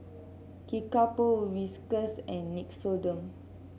Kickapoo Whiskas and Nixoderm